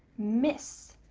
mis,